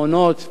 מעונות,